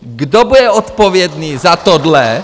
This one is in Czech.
Kdo bude odpovědný za tohle?